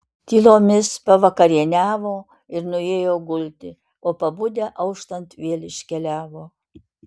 tylomis pavakarieniavo ir nuėjo gulti o pabudę auštant vėl iškeliavo